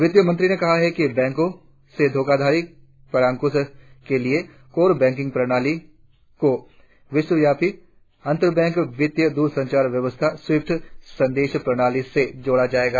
वित्त मंत्री ने कहा कि बैंको से धोखाधड़ी पर अंकुश के लिए कोर बैंकिंग प्रणाली को विश्वव्यापी अंतरबैंक वित्तीय दूरसंचार व्यवस्था स्विफ्ट संदेश प्रणाली से जोड़ा गया है